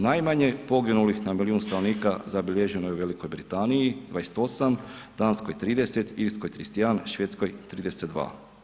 Najmanje poginulih na milijun stanovnika zabilježeno je u Velikoj Britaniji 28, Danskoj 30, Irskoj 31, Švedskoj 32.